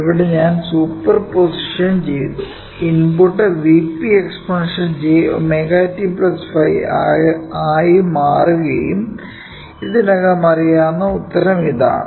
ഇവിടെ ഞാൻ superposition ചെയ്തു ഇൻപുട്ട് Vp എക്സ്പോണൻഷ്യൽ jωt ϕ ആയി മാറുകയും ഇതിനകം അറിയാവുന്ന ഉത്തരം ഇതാണ്